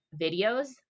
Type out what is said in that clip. videos